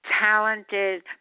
talented